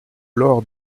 laure